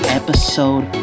episode